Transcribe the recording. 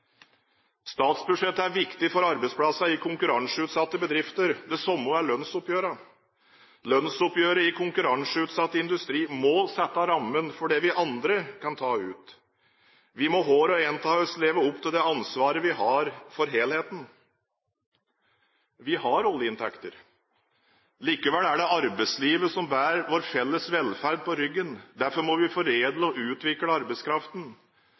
Statsbudsjettet er viktig for arbeidsplassene i konkurranseutsatte bedrifter. Det samme er lønnsoppgjørene. Lønnsoppgjøret i konkurranseutsatt industri må sette rammen for det vi andre kan ta ut. Vi må hver og en av oss leve opp til det ansvaret vi har for helheten. Vi har oljeinntekter. Likevel er det arbeidslivet som bærer vår felles velferd på ryggen. Derfor må vi foredle og utvikle arbeidskraften.